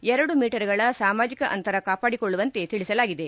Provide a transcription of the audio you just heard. ಎರಡು ಮೀಟರ್ಗಳ ಸಾಮಾಜಿಕ ಅಂತರ ಕಾಪಾಡಿಕೊಳ್ಳುವಂತೆ ತಿಳಿಸಲಾಗಿದೆ